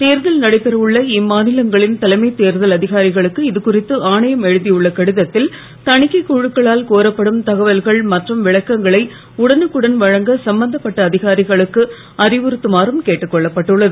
தேர்தல் நடைபெற உள்ள இம்மாநிலங்களின் தலைமைத் தேர்தல் அதிகாரிகளுக்கு இதுகுறித்து ஆணையம் எழுதியுள்ள கடிதத்தில் தணிக்கை குழுக்களால் கோரப்படும் தகவல்கள் மற்றும் விளக்கங்களை உடனுக்குடன் வழங்க சம்மந்தப்பட்ட அதிகாரிகளுக்கு அறிவுறுத்துமாறும் கேட்டுக் கொள்ளப்பட்டுள்ளது